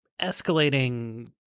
escalating –